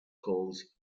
calls